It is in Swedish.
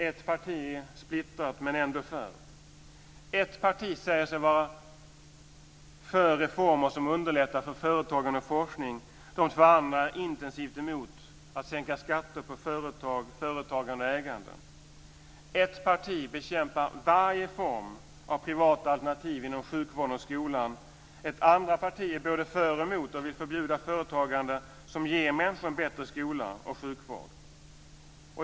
Ett parti är splittrat men ändå för. · Ett parti säger sig vara för reformer som underlättar för företagande och forskning. De två andra är intensivt emot att sänka skatter på företag, företagande och ägande. · Ett parti bekämpar varje form av privata alternativ inom sjukvården och skolan. Ett andra parti är både för och emot och vill förbjuda företagande som ger människor en bättre skola och sjukvård.